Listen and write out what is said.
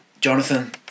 Jonathan